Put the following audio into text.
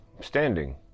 standing